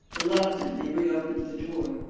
reluctantly reopened the door.